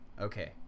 okay